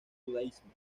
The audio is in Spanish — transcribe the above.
judaísmo